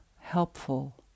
helpful